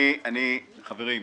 חברים,